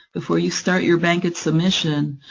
before you start your bankit submission,